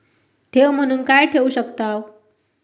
ठेव म्हणून काय ठेवू शकताव?